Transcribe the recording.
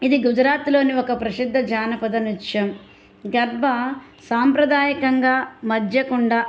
ఇది గుజరాత్లోని ఒక ప్రసిద్ధ జానపద నృత్యం గర్భా సాంప్రదాయకంగా మధ్య కొండ